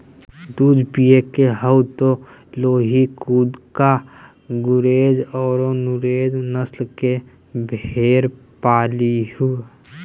दूध पिये के हाउ त लोही, कूका, गुरेज औरो नुरेज नस्ल के भेड़ पालीहीं